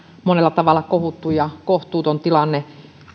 monella tavalla kohuttu ja kohtuuton tilanne